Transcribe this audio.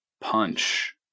punch